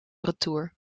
retour